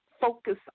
focus